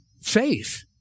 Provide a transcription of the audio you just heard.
faith